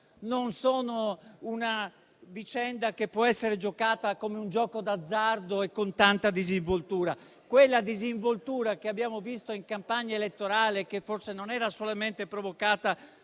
poker, né una vicenda che può essere giocata come un gioco d'azzardo e con tanta disinvoltura, quella stessa disinvoltura che abbiamo visto in campagna elettorale e che forse non era solamente provocata